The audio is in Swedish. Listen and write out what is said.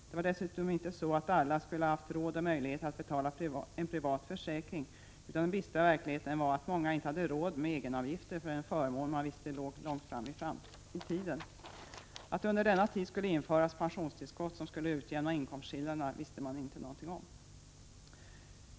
Det är dessutom inte så att alla skulle ha haft råd och möjlighet att betala en privat försäkring, utan den bistra verkligheten var att många inte hade råd med egenavgifter för en förmån som man visste låg långt fram i tiden. Att det under denna tid skulle införas pensionstillskott, som skulle utjämna inkomstskillnaderna, visste inte någon om.